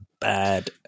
bad